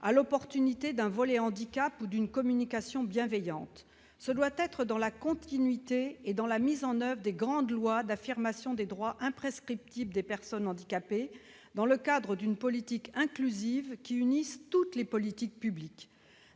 à l'opportunité d'un volet handicap ou d'une communication bienveillante. Elle doit s'inscrire dans la continuité et dans la mise en oeuvre des grandes lois d'affirmation des droits imprescriptibles des personnes handicapées, dans le cadre d'une politique inclusive unissant toutes les politiques publiques.